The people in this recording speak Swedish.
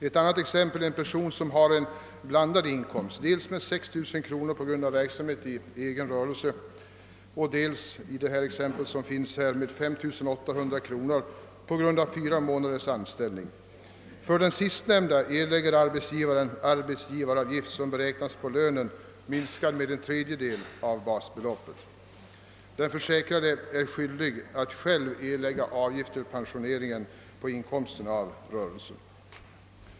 Ett annat exempel är en person som har en blandad inkomst bestående av 6 000 kronor på grund av verksamhet i egen rörelse och 5 800 kronor på grund av fyra månaders anställning. För den sistnämnda inkomsten erlägger arbetsgivaren arbetsgivaravgift som beräknas på lönen minskad med en tredjedel av basbeloppet. Den försäkrade är skyldig att själv erlägga avgift för pensioneringen på inkomsten av rörelsen.